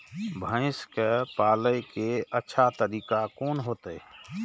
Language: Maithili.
भैंस के पाले के अच्छा तरीका कोन होते?